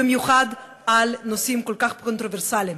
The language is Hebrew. במיוחד בנושאים כל כך קונטרוברסליים,